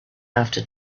after